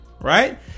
right